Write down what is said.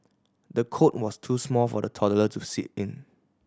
the cot was too small for the toddler to sleep in